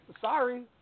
sorry